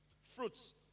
Fruits